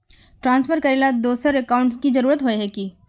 Transfer करेला दोसर account की जरुरत होय है की?